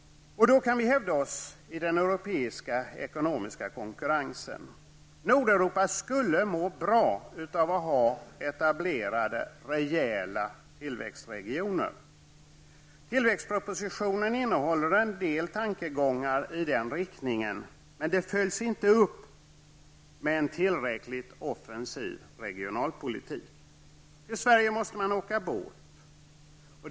Då kan vi hävda oss i den europeiska ekonomiska konkurrensen. Nordeuropa skulle må bra av att ha etablerade, rejäla tillväxtregioner. Tillväxtpropositionen innehåller en del tankegångar i den riktningen. Men detta följs inte upp med en tillräckligt offensiv regionalpolitik. Till Sverige måste man åka båt.